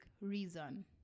reason